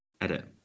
Edit